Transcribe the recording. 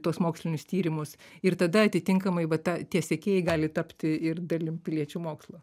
tuos mokslinius tyrimus ir tada atitinkamai va ta tie sekėjai gali tapti ir derlium piliečių mokslo